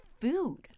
food